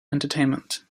entertainment